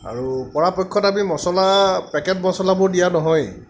আৰু পৰাপক্ষত আমি মছলা পেকেট মছলাবোৰ দিয়া নহয়েই